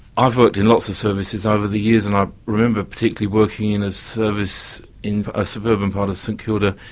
i've worked in lots of services over the years and i remember particularly working in a service in a suburban part of st kilda,